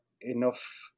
enough